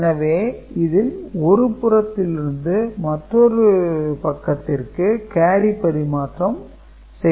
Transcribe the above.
எனவே இதில் ஒரு புறத்திலிருந்து மற்றொரு பக்கத்திற்கு கேரி பரிமாற்றம் செய்யப்படுகிறது